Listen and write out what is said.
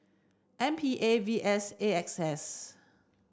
M P A V S A X S